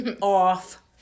Off